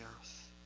earth